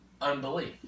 unbelief